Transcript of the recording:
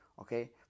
Okay